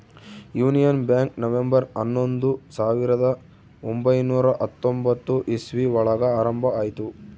union Bank November ಹನ್ನೊಂದು ಸಾವಿರದ ಒಂಬೈನುರ ಹತ್ತೊಂಬತ್ತು ಇಸ್ವಿ ಒಳಗ ಆರಂಭ ಆಯ್ತು